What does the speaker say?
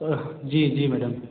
पर जी जी मैडम